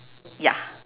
ya